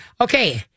Okay